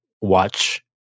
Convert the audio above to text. watch